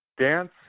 dance